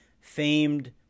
famed –